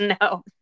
No